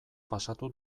pasatu